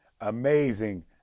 Amazing